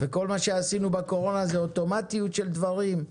וכל מה שעשינו בקורונה זה אוטומטיות של דברים.